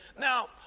Now